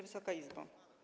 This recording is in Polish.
Wysoka Izbo!